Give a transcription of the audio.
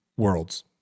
worlds